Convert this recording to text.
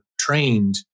trained